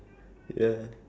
paddle